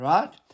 Right